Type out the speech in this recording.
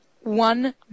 One